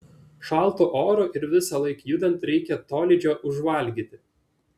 šaltu oru ir visąlaik judant reikia tolydžio užvalgyti